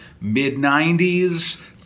mid-90s